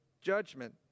judgment